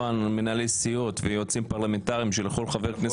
מנהלי סיעות ויועצים פרלמנטריים שלכל חבר כנסת